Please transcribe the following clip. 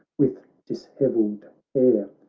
with dishevelled hair,